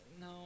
no